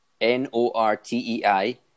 N-O-R-T-E-I